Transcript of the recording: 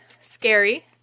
scary